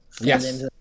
Yes